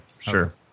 Sure